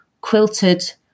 quilted